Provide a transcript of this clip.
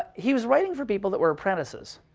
he was writing for people that were apprentices.